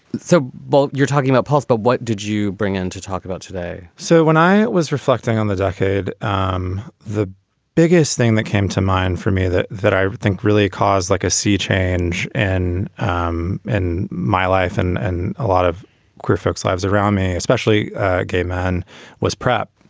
so but you're talking about pulse, but what did you bring in to talk about today? so when i was reflecting on the decade, um the biggest thing that came to mind for me that that i think really caused like a sea change. and um in my life and and a lot of queer folks lives around me, especially gay man was prep.